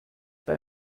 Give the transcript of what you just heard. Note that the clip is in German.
bei